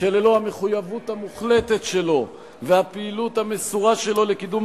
אשר ללא מחויבותו המוחלטת ופעילותו המסורה לקידום